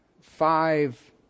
five